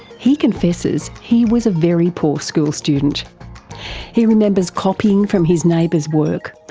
he confesses he was a very poor school student he remembers copying from his neighbour's work,